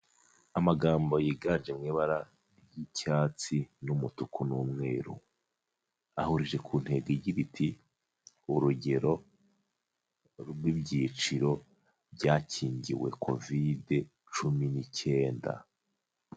Amagambo yiganje mu ibara ry'icyatsi n'umutuku n'umweru, ahurije ku ntego igira iti urugero rw'ibyiciro byakingiwe kovide cumi n'icyenda.